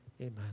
amen